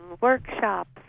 workshops